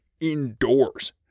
indoors